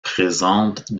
présentent